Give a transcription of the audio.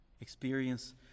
experience